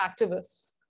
activists